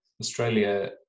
Australia